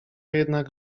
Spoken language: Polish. jednak